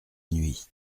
nuit